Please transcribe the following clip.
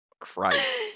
Christ